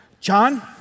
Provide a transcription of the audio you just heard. John